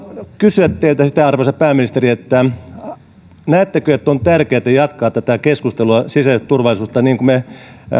kysyä teiltä arvoisa pääministeri näettekö että on tärkeätä jatkaa tätä keskustelua sisäisestä turvallisuudesta niin kuin me